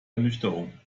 ernüchterung